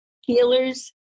healers